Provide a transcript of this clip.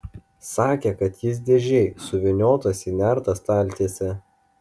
sakė kad jis dėžėj suvyniotas į nertą staltiesę